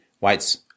whites